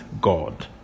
God